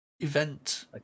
event